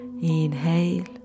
inhale